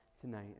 tonight